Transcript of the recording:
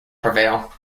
prevail